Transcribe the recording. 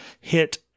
hit